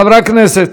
חברי הכנסת,